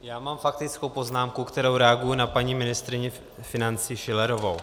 Já mám faktickou poznámku, kterou reaguji na paní ministryni financí Schillerovou.